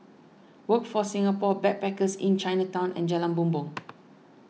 Workforce Singapore Backpackers Inn Chinatown and Jalan Bumbong